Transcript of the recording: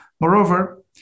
Moreover